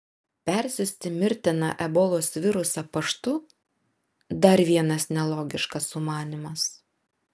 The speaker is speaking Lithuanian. persiųsti mirtiną ebolos virusą paštu dar vienas nelogiškas sumanymas